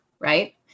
right